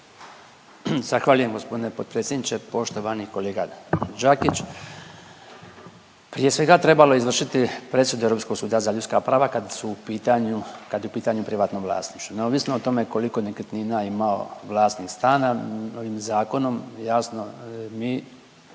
Zahvaljujem gospodine potpredsjedniče. Poštovani kolega Đakić, prije svega trebalo je izvršiti presudu Europskog suda za ljudska prava kad su u pitanju, kad je u pitanju privatno vlasništvo neovisno o tome koliko nekretnina imao vlasnik stana. Ovim zakonom jasno mi